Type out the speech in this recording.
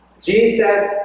Jesus